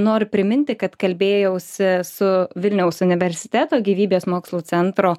noriu priminti kad kalbėjausi su vilniaus universiteto gyvybės mokslų centro